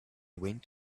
went